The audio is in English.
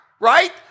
right